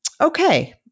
Okay